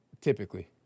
typically